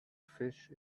fish